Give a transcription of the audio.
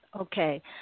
Okay